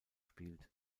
spielt